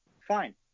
fine